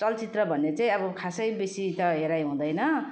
चलचित्र भन्ने चाहिँ अब खासै बेसी त हेराइ हुँदैन